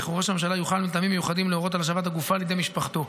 וכי ראש הממשלה יוכל מטעמים מיוחדים להורות על השבת הגופה לידי משפחתו.